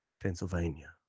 Pennsylvania